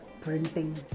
printing